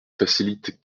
facilite